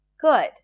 Good